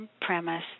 premise